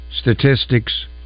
statistics